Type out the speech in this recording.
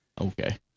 Okay